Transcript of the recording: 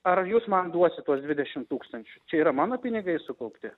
ar jūs man duosit tuos dvidešim tūkstančių čia yra mano pinigai sukaupti